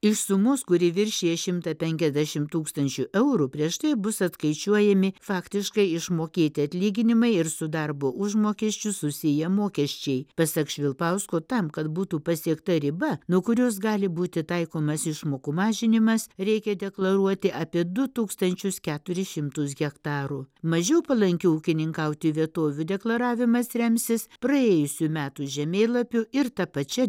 iš sumos kuri viršija šimtą penkiasdešim tūkstančių eurų prieš tai bus atskaičiuojami faktiškai išmokėti atlyginimai ir su darbo užmokesčiu susiję mokesčiai pasak švilpausko tam kad būtų pasiekta riba nuo kurios gali būti taikomas išmokų mažinimas reikia deklaruoti apie du tūkstančius keturis šimtus hektarų mažiau palankių ūkininkauti vietovių deklaravimas remsis praėjusių metų žemėlapiu ir ta pačia